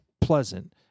pleasant